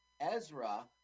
Ezra